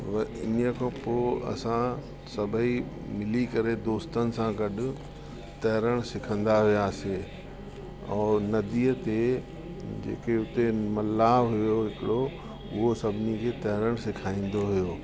उहे इन्हीअ खां पोइ असां सभेई मिली करे दोस्तनि सां गॾु तरण सिखंदा हुआसीं और नदीअ ते जेके हुते मला हुओ हिकिड़ो उहो सभिनी खे तरण सेखारींदो हुओ